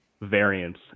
variance